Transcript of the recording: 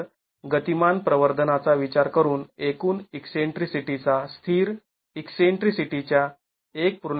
तर गतिमान प्रवर्धनाचा विचार करून एकूण ईकसेंट्रीसिटीचा स्थिर ईकसेंट्रीसिटीच्या १